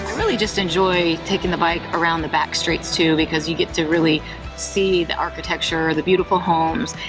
really just enjoy taking the bike around the back streets too, because you get to really see the architecture, the beautiful homes.